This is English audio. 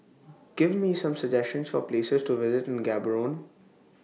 Give Me Some suggestions For Places to visit in Gaborone